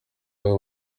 ukaba